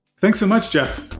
thanks so much, jeff